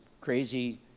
crazy